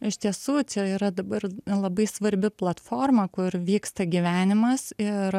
iš tiesų čia yra dabar labai svarbi platforma kur vyksta gyvenimas ir